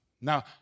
Now